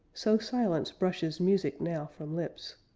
so silence brushes music now from lips.